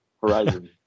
horizon